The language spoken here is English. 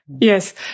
Yes